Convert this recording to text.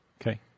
Okay